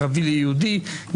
ערבי ליהודי,